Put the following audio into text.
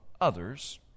others